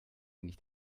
nicht